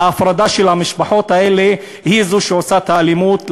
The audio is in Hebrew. ההפרדה של המשפחות האלה היא זו שעושה את האלימות.